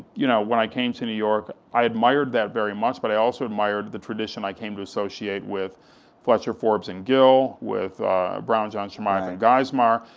you know when i came to new york, i admired that very much, but i also admired the tradition i came to associate with fletcher, forbes, and gill, with brown, johnson and geismar,